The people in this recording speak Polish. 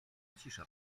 cisza